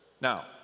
Now